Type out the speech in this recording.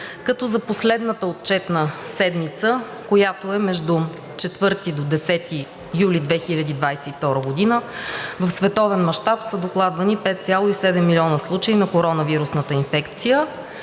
като за последната отчетна седмица, която е между 4 до 10 юли 2022 г., в световен мащаб са докладвани 5,7 милиона случаи на коронавирусната инфекция.